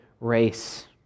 race